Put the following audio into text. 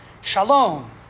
Shalom